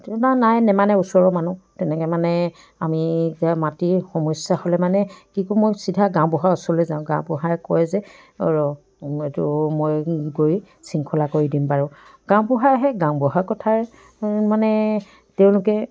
তেনেকুৱা নাই নেমানে ওচৰৰ মানুহ তেনেকৈ মানে আমি যে মাটিৰ সমস্যা হ'লে মানে কি কৰোঁ মই চিধা গাঁওবুঢ়াৰ ওচৰলৈ যাওঁ গাঁওবুঢ়াই কয় যে ৰ এইটো মই গৈ শৃংখলা কৰি দিম বাৰু গাঁওবুঢ়া আছে গাঁওবুঢ়াৰ কথাৰ মানে তেওঁলোকে